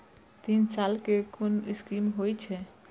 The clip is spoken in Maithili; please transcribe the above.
तीन साल कै कुन स्कीम होय छै?